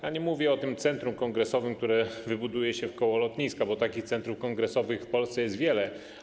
Ja nie mówię o tym centrum kongresowym, które wybuduje się wkoło lotniska, bo takich centrów kongresowych w Polsce jest wiele.